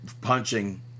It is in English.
punching